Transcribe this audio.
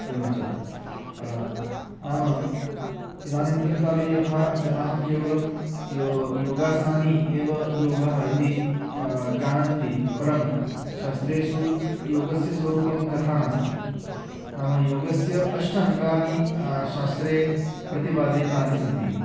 एवं च नाम इदानीन्तनकाले यथा जनाः केवलं यो यो योगासनानि एव योगः इति जानन्ति परं शास्त्रेषु योगस्य स्वरूपं तथा नास्ति नाम योगस्य अष्टाङ्गानि शास्त्रे प्रतिपादेतानि सन्ति